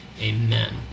Amen